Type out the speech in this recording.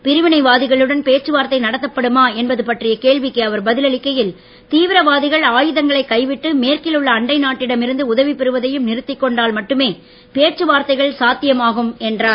பிரிவினைவாதிகளுடன் பேச்சு வார்த்தை நடத்தப்படுமா என்பது பற்றிய கேள்விக்கு அவர் பதில் அளிக்கையில் தீவிரவாதிகள் ஆயுதங்களை கைவிட்டு மேற்கில் உள்ள அண்டை நாட்டிடம் இருந்து உதவி பெறுவதையும் நிறுத்திக் கொண்டால் மட்டுமே பேச்சு வார்த்தைகள் சாத்தியமாகும் என்றார்